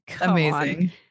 amazing